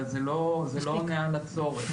אבל זה לא עונה על הצורך.